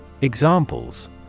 Examples